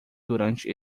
durante